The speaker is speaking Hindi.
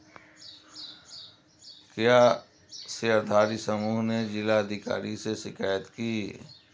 क्या शेयरधारी समूह ने जिला अधिकारी से शिकायत की?